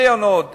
ליאוניד אידלמן,